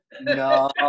no